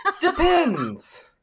Depends